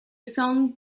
song